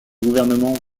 gouvernements